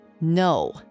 No